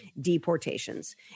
deportations